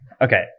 Okay